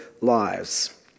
lives